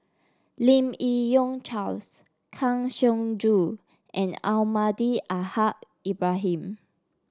Lim Yi Yong Charles Kang Siong Joo and Almahdi Al Haj Ibrahim